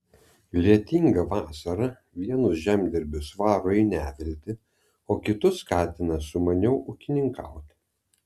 lietinga vasara vienus žemdirbius varo į neviltį o kitus skatina sumaniau ūkininkauti